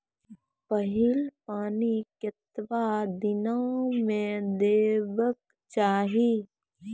पहिल पानि कतबा दिनो म देबाक चाही?